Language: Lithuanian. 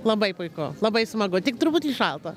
labai puiku labai smagu tik truputį šalta